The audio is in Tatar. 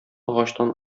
агачтан